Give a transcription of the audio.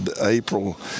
April